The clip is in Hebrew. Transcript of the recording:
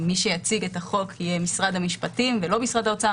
מי שיציג את החוק יהיה משרד המשפטים ולא משרד האוצר.